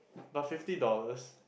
but fifty dollars